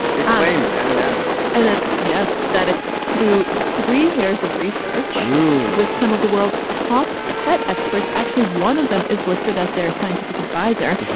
they claim. and an adverb and that. yes. that it's through three years of research with some of the world's top pet experts. actually, one of them is listed as their scientific adviser.